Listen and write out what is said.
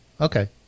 okay